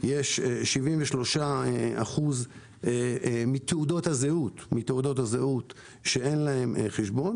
יש 73% מתעודות הזהות שאין להן חשבון.